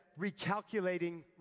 Recalculating